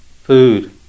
Food